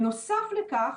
בנוסף לכך,